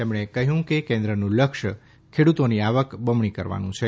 તેમણે કહ્યું કે કેન્દ્રનું લક્ષ્ય ખેડૂતોની આવક બમણી કરવાનું છે